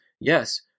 yes